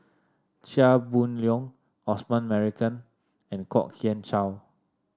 Chia Boon Leong Osman Merican and Kwok Kian Chow